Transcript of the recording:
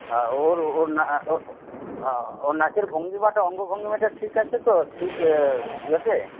হ্যাঁ ওর ওর না আ ওর ওর নাচের ভঙ্গিমাটা অঙ্গ ভঙ্গিমাটা ঠিক আছে তো ঠিক ইয়েতে